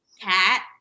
cat